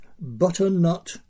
butternut